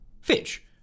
Fitch